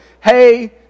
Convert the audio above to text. hey